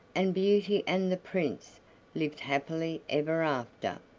and beauty and the prince lived happily ever after.